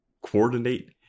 coordinate